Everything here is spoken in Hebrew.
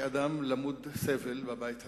כאדם למוד סבל בבית הזה,